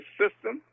system